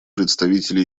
представителя